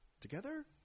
Together